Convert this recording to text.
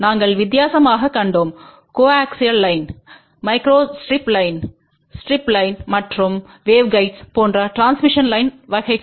நாங்கள் வித்தியாசமாகக் கண்டோம் coaxial line microstrip line strip line மற்றும் வேவ்கைய்ட்ஸ்கள் போன்ற டிரான்ஸ்மிஷன் லைன் வகைகள்